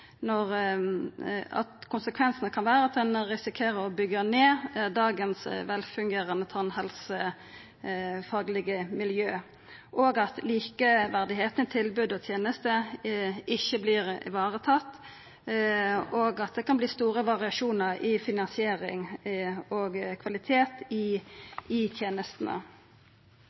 at konsekvensane kan vera at ein risikerer å byggja ned dagens velfungerande tannhelsefaglege miljø, at likeverdet i tilbod og tenester ikkje vert varetatt, og at det kan verta store variasjonar i finansiering og kvalitet i tenestene. Eg ser at regjeringa sjølv skriv i